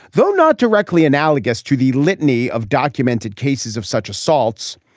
though not directly analogous to the litany of documented cases of such assaults,